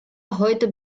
heute